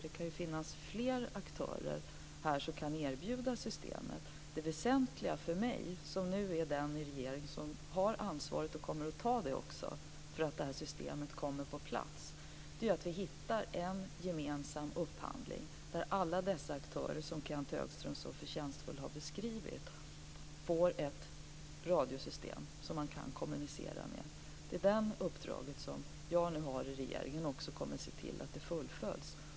Det kan ju finnas fler aktörer som kan erbjuda systemet. Det väsentliga för mig som nu är den i regeringen som har ansvaret - och också kommer att ta det - för att det här systemet kommer på plats är att vi hittar en gemensam upphandling, så att alla dessa aktörer som Kenth Högström så förtjänstfullt har beskrivit får ett radiosystem som de kan kommunicera med. Det är det uppdrag som jag nu har i regeringen, och jag kommer också att se till att det fullföljs.